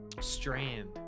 strand